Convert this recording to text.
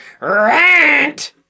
Rant